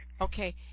Okay